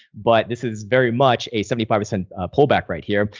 but this is very much a seventy five percent pullback right here.